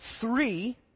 three